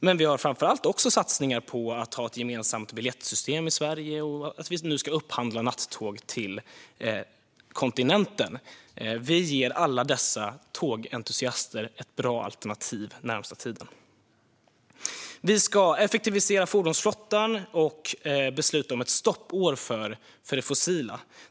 Men vi har också satsningar på ett gemensamt biljettsystem i Sverige och upphandling av nattåg till kontinenten. Vi ger alla tågentusiaster ett bra alternativ den närmaste tiden. Vi ska effektivisera fordonsflottan och besluta om ett stoppår för det fossila.